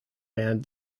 band